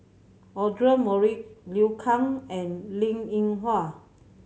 Audra Morrice Liu Kang and Linn In Hua